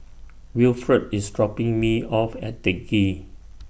Wilfred IS dropping Me off At Teck Ghee